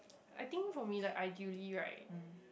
I think for me like ideally right